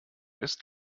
ist